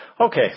Okay